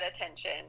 attention